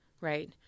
right